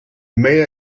mayor